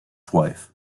wife